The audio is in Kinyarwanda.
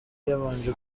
yabanje